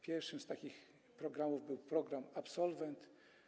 Pierwszym z tych programów był program „Absolwent”